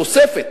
תוספת